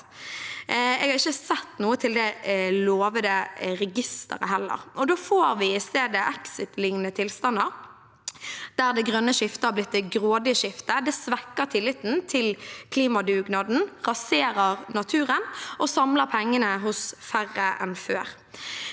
Jeg har ikke sett noe til det lovede registeret heller. Da får vi i stedet Exit-lignende tilstander, der det grønne skiftet har blitt det grådige skiftet. Det svekker tilliten til klimadugnaden, raserer naturen og samler pengene hos færre enn før.